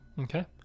Okay